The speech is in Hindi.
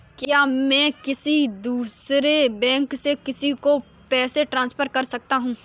क्या मैं किसी दूसरे बैंक से किसी को पैसे ट्रांसफर कर सकता हूँ?